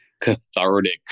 cathartic